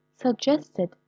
suggested